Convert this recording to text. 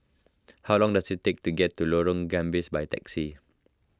how long does it take to get to Lorong Gambas by taxi